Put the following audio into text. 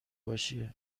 باشی